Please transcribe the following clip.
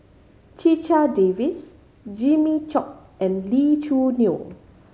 Checha Davies Jimmy Chok and Lee Choo Neo